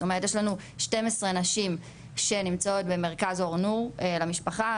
יש לנו 12 נשים שנמצאות במרכז אור-נור למשפחה,